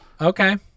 Okay